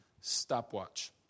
stopwatch